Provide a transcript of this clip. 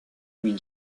louis